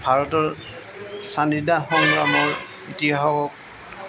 ভাৰতৰ স্বাধীনতা সংগ্ৰামৰ ইতিহাসক